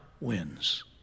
wins